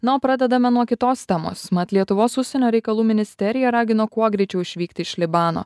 na o pradedame nuo kitos temos mat lietuvos užsienio reikalų ministerija ragina kuo greičiau išvykti iš libano